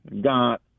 got